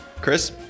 chris